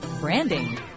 branding